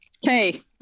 Hey